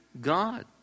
God